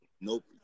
Nope